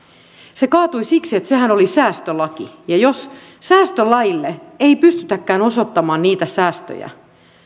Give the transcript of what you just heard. se kaatui siksi että sehän oli säästölaki ja jos säästölailla ei pystytäkään osoittamaan niitä säästöjä